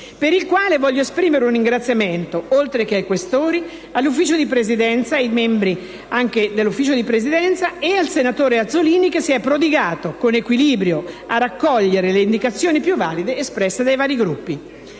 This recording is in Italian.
per il quale voglio esprimere un ringraziamento, oltre che ai Questori, ai membri del Consiglio di Presidenza e al senatore Azzollini, che si è prodigato con equilibrio a raccogliere le indicazioni più valide espresse dai vari Gruppi.